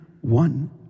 one